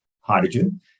hydrogen